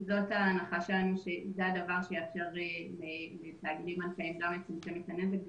כי זאת ההנחה שלנו שזה הדבר שיאפשר את הבלימה ולצמצם את הנזק.